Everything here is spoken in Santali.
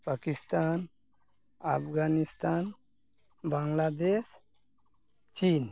ᱯᱟᱠᱤᱥᱛᱷᱟᱱ ᱟᱵᱽᱜᱟᱱᱤᱥᱛᱷᱟᱱ ᱵᱟᱝᱞᱟᱫᱮᱥ ᱪᱤᱱ